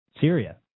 Syria